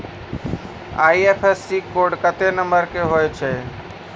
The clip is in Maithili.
आई.एफ.एस.सी कोड केत्ते नंबर के होय छै